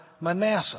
Manasseh